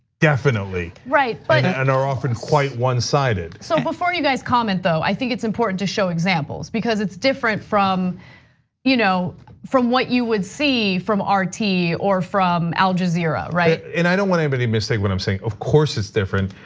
definitely right, but and are often quite one-sided. so before you guys comment, though, i think it's important to show examples. because it's different from you know from what you would see from rt or from al jazeera, right and i don't want anybody mistake what i'm saying, of course it's different.